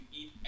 eat